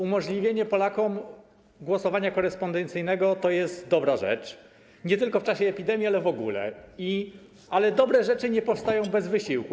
Umożliwienie Polakom głosowania korespondencyjnego to jest dobra rzecz nie tylko w czasie epidemii, ale w ogóle, ale dobre rzeczy nie powstają bez wysiłku.